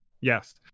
Yes